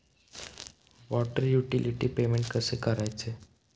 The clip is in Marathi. वॉटर युटिलिटी पेमेंट कसे करायचे?